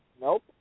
Nope